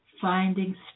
finding